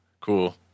cool